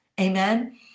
Amen